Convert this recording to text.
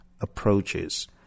approaches